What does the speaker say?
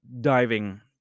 diving